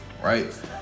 right